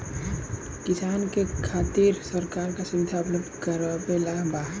किसान के खातिर सरकार का सुविधा उपलब्ध करवले बा?